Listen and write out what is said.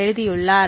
எழுதியுள்ளார்